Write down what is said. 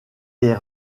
des